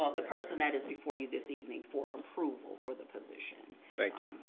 um the person that is before you this evening for approval for the position. thank you.